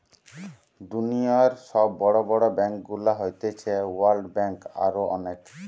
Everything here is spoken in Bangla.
দুনিয়র সব বড় বড় ব্যাংকগুলো হতিছে ওয়ার্ল্ড ব্যাঙ্ক, আরো অনেক